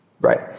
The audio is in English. Right